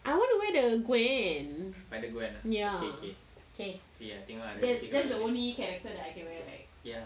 I want to wear the gwen okay that's the only character that I can wear right